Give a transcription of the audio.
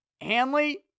Hanley